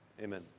Amen